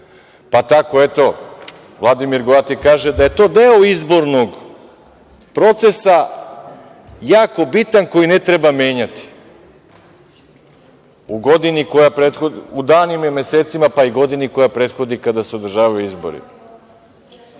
pamćenja. Eto, Vladimir Goati kaže da je to deo izbornog procesa jako bitan koji ne treba menjati u danima i mesecima, pa i godini koja prethodi kada se održavaju izbori. Na